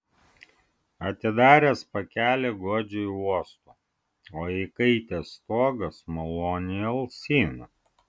atidaręs pakelį godžiai uosto o įkaitęs stogas maloniai alsina